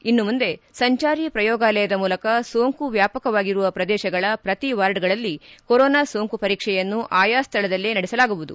ಇನ್ನು ಮುಂದೆ ಸಂಚಾರಿ ಪ್ರಯೋಗಾಲಯದ ಮೂಲಕ ಸೋಂಕು ವ್ಯಾಪಕವಾಗಿರುವ ಪ್ರದೇಶಗಳ ಪ್ರತಿ ವಾರ್ಡ್ಗಳಲ್ಲಿ ಕೊರೋನಾ ಸೋಂಕು ಪರೀಕ್ಷೆಯನ್ನು ಆಯಾ ಸ್ಮಳದಲ್ಲೇ ನಡೆಸಲಾಗುವುದು